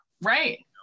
Right